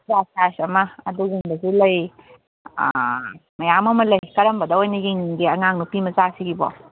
extra size ꯑꯃ ꯑꯗꯨꯒꯨꯝꯕꯁꯨ ꯂꯩ ꯃꯌꯥꯝ ꯑꯃ ꯂꯩ ꯀꯔꯝꯕꯗ ꯑꯣꯏꯅ ꯌꯦꯡꯅꯤꯡꯒꯦ ꯑꯉꯥꯡ ꯅꯨꯄꯤ ꯃꯆꯥꯁꯤꯒꯤꯕꯣ